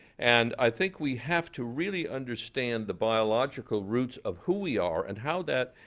and i think we have to really understand the biological roots of who we are and how that,